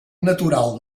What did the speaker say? natural